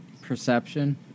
Perception